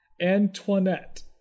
Antoinette